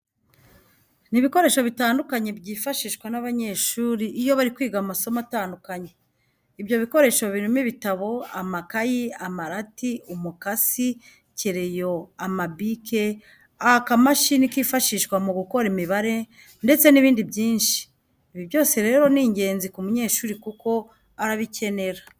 Ni ibikoresho bitandukanye byifashishwa n'abanyeshuri iyo bari kwiga amasomo atandukanye. Ibyo bikoresho birimo ibitabo, amakayi, amarati, umukasi, kereyo, amabike, akamashini kifashishwa mu gukora imibare ndetse n'ibindi byinshi. Ibi byose rero ni ingenzi ku munyeshuri kuko arabikenera.